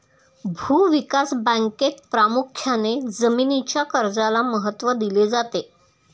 भूविकास बँकेत प्रामुख्याने जमीनीच्या कर्जाला महत्त्व दिले जाते